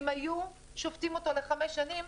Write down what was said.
אם היו שופטים לאותו לחמש שנים,